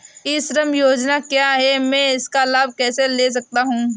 ई श्रम योजना क्या है मैं इसका लाभ कैसे ले सकता हूँ?